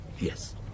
yes